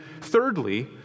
thirdly